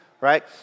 right